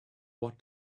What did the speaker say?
what